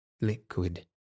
liquid